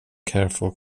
careful